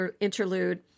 interlude